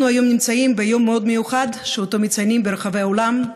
אנחנו נמצאים ביום מאוד מיוחד שאותו מציינים ברחבי העולם,